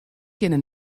kinne